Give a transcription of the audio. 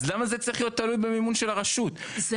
אז למה זה צריך להיות תלוי במימון של הרשות?- - דרך אגב,